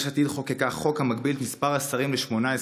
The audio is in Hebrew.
יש עתיד חוקקה חוק המגביל את מספר השרים ל-18.